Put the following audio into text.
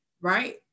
right